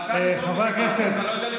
אתה לא יודע,